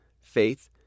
faith